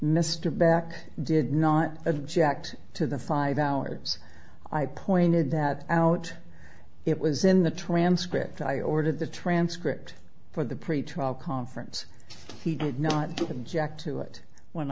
mr back did not object to the five hours i pointed that out it was in the transcript i ordered the transcript for the pretrial conference he did not do object to it when